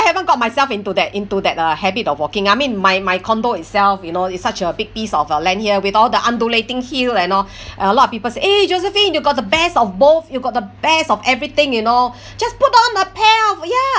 haven't got myself into that into that uh habit of walking I mean my my condo itself you know it's such a big piece of uh land here with all the undulating hill and all a lot of people say eh josephine you've got the best of both you got the best of everything you know just put on a pair of ya